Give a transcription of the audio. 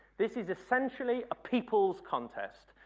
this is essentially a people's contest.